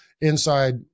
inside